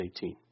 18